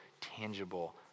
tangible